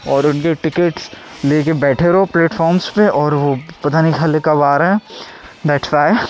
اور ان کی ٹکٹس لے کے بیٹھے رہو پلیٹفارمس پہ اور وہ پتا نہیں چلے کب آ رہا ہے بیٹھ رہا ہے